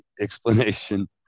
explanation